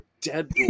dead